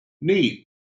Neat